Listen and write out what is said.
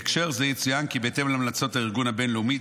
בהקשר זה יצוין כי בהתאם להמלצות הארגון הבין-לאומי,